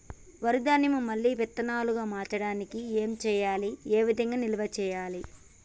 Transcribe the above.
వరి ధాన్యము మళ్ళీ విత్తనాలు గా మార్చడానికి ఏం చేయాలి ఏ విధంగా నిల్వ చేయాలి?